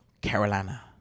Carolina